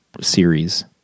series